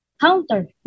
counter